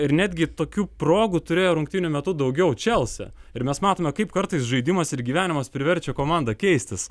ir netgi tokių progų turėjo rungtynių metu daugiau čelsi ir mes matome kaip kartais žaidimas ir gyvenimas priverčia komandą keistis